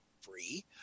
free